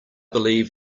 believe